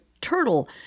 turtle